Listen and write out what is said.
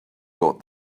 got